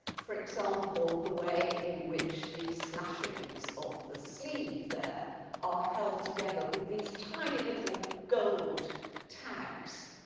for example the way in which the slashings of the sleeve there are held together with these tiny, little gold tags.